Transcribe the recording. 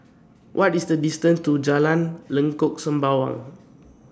What IS The distance to Jalan Lengkok Sembawang